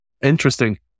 interesting